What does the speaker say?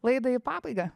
laidą į pabaigą